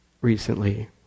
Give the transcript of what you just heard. recently